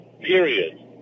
period